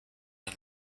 ein